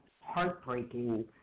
heartbreaking